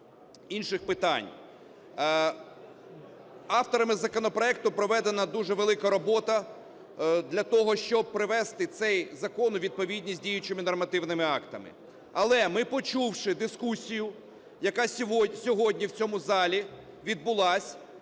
інших питань. Авторами законопроекту проведена дуже велика робота для того, щоб привести цей закон у відповідність з діючими нормативними актами. Але ми, почувши дискусію, яка сьогодні в цьому залі відбулась,